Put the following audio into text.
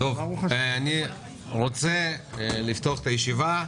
אני מבקש לפתוח את הישיבה.